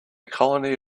colony